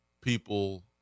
people –